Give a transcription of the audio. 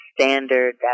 standard